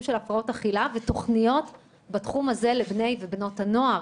של הפרעות אכילה ותוכניות בתחום הזה לבני ובנות הנוער.